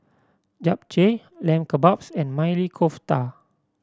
Japchae Lamb Kebabs and Maili Kofta